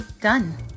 Done